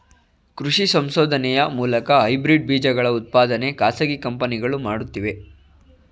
ಕೃಷಿ ಸಂಶೋಧನೆಯ ಮೂಲಕ ಹೈಬ್ರಿಡ್ ಬೀಜಗಳ ಉತ್ಪಾದನೆ ಖಾಸಗಿ ಕಂಪನಿಗಳು ಮಾಡುತ್ತಿವೆ